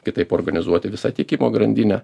kitaip organizuoti visą tiekimo grandinę